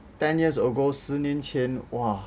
ten years ago 十年前 !wah!